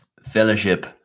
fellowship